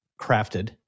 crafted